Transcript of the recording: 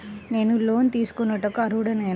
నేను లోన్ తీసుకొనుటకు అర్హుడనేన?